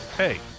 Hey